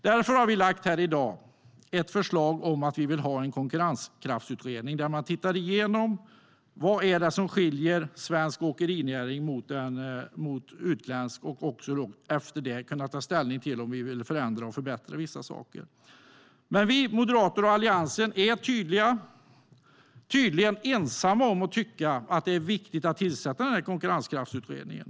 Därför har vi lagt ett förslag om att vi vill ha en konkurrenskraftsutredning där man tittar igenom vad som skiljer svensk åkerinäring mot utländsk, så att vi efter det kan ta ställning om vi vill förändra och förbättra vissa saker. Men vi moderater och Alliansen är tydligen ensamma om att tycka att det är viktigt att tillsätta konkurrenskraftsutredningen.